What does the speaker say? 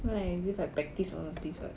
not like as if I practise all of this [what]